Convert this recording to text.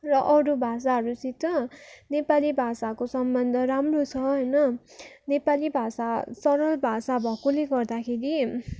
र अरू भाषाहरूसित नेपाली भाषाको सम्बन्ध राम्रो छ होइन नेपाली भाषा सरल भाषा भएकोले गर्दाखेरि